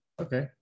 Okay